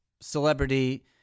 celebrity